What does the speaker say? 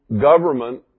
government